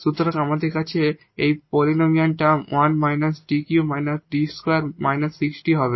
সুতরাং এখানে আমাদের আছে সুতরাং এই পলিনোমিয়াল টার্ম 1 𝐷3 − 𝐷2−6𝐷 হবে